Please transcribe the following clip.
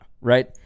right